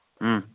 اۭں